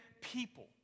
people